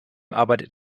arbeitet